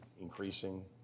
increasing